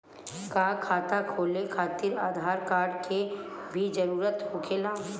का खाता खोले खातिर आधार कार्ड के भी जरूरत होखेला?